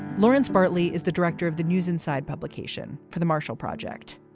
lawrence bartley is the director of the news inside publication for the marshall project.